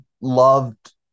loved